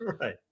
Right